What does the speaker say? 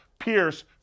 pierce